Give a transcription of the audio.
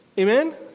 Amen